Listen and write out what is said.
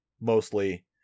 mostly